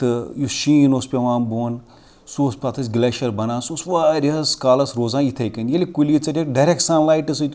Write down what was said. تہٕ یُس شیٖن اوس پیٚوان بۄن سُہ اوس تَتھ ٲسۍ گٕلیشر بَنان سُہ اوس واریاہَس کالَس روزان یِتھَے کٔنۍ ییٚلہِ کُلی ژٔٹِکھ ڈایرٮ۪کٹہٕ سَن لایٹہٕ سۭتۍ